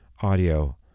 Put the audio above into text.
audio